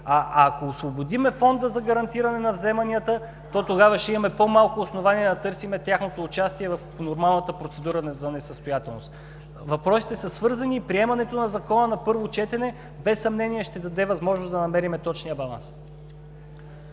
Ако освободим Фонда за гарантиране на вземанията, то тогава ще имаме по-малко основание да търсим тяхното участие в нормалната процедура за несъстоятелност. Въпросите са свързани, приемането на Закона на първо четене без съмнение ще даде възможност да намерим точния баланс.